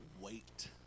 wait